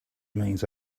means